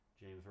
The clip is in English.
James